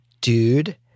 dude